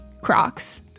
Crocs